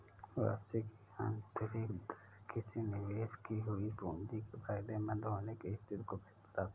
वापसी की आंतरिक दर किसी निवेश की हुई पूंजी के फायदेमंद होने की स्थिति को बताता है